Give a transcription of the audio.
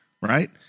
right